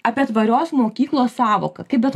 apie tvarios mokyklos sąvoką kaip bet